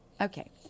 Okay